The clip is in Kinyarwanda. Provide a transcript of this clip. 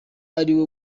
ariwe